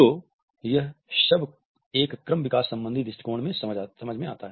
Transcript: तो यह सब एक क्रम विकास सम्बन्धी दृष्टिकोण से समझ में आता है